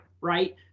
right